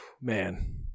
man